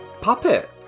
puppet